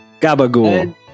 Gabagool